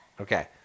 Okay